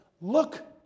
look